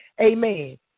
amen